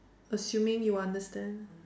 assuming you understand